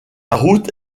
route